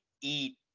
eat